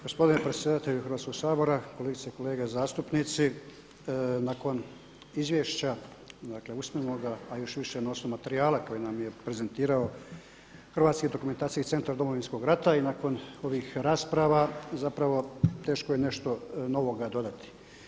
Gospodine predsjedatelju Hrvatskog sabora, kolegice i kolege zastupnici nakon izvješća, dakle usmenoga a još više na osnovi materijala koji nam je prezentirao Hrvatski dokumentacijski centar Domovinskog rata i i nakon ovih rasprava zapravo teško je nešto novoga dodati.